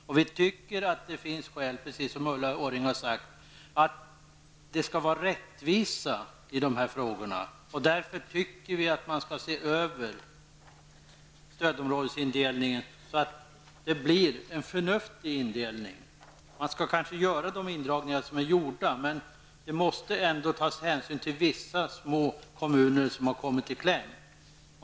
Vi tycker att det finns skäl, precis som Ulla Orring har sagt, att skapa rättvisa i dessa frågor. Därför tycker vi att man skall se över stödområdesindelningen och försöka få en förnuftig indelning. Man kanske skall göra de indragningar som är föreslagna, men hänsyn måste ändå tas till vissa små kommuner, som har kommit i kläm.